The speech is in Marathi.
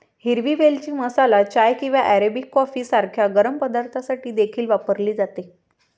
हिरवी वेलची मसाला चाय किंवा अरेबिक कॉफी सारख्या गरम पदार्थांसाठी देखील वापरली जाते